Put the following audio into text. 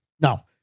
No